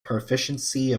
proficiency